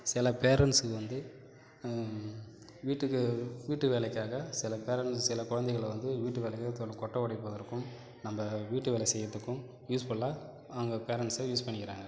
சில பேரண்ட்ஸுங்க வந்து வீட்டுக்கு வீட்டு வேலைக்காக சில பேரண்ட்ஸ் சில குழந்தைகள வந்து வீட்டு வேலைக்காக த கொட்டை உடைப்பதற்கும் நம்ப வீட்டு வேலை செய்யறத்துக்கும் யூஸ்புஃல்லாக அவங்க பேரண்ட்ஸு யூஸ் பண்ணிக்கிறாங்க